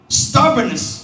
stubbornness